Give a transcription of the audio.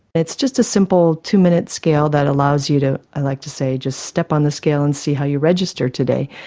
it's just a simple two-minute scale that allows you to, i like to say, just step on the scale and see how you register today.